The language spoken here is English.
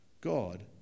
God